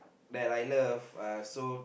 that I love uh so